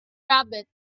rabbit